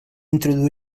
introduir